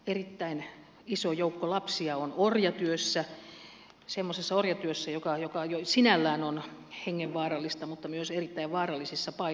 erittäin iso joukko lapsia on orjatyössä semmoisessa orjatyössä joka jo sinällään on hengenvaarallista mutta myös erittäin vaarallisissa paikoissa